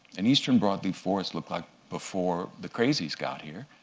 an eastern broad-leaf forest looked like before the crazies got here,